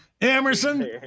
Emerson